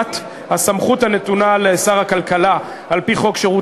1. הסמכות הנתונה לשר הכלכלה על-פי חוק שירות